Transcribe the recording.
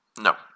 No